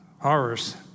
Horrors